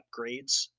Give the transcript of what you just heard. upgrades